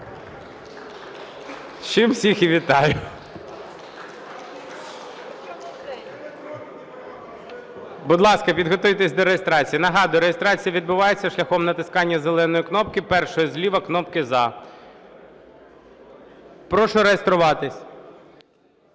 з чим всіх і вітаю. Будь ласка, підготуйтесь до реєстрації. Нагадую: реєстрація відбувається шляхом натискання зеленої кнопки, першої зліва, кнопки "за". Прошу реєструватись.